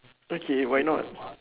okay why not